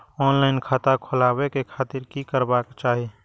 Online खाता खोलाबे के खातिर कि करबाक चाही?